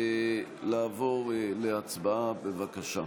לעבור להצבעה, בבקשה.